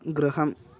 गृहम्